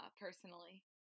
personally